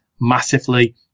massively